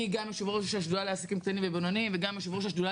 אני גם יו"ר השדולה לעסקים קטנים ובינוניים וגם יו"ר השדולה